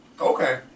Okay